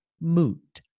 moot